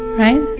right?